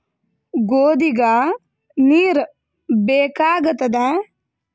ಗೋಧಿಗ ನೀರ್ ಬೇಕಾಗತದ?